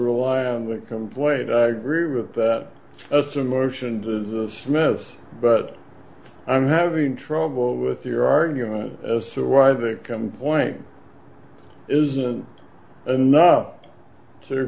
rely on that complaint i agree with that that's a motion to the smiths but i'm having trouble with your argument as to why the coming point isn't enough to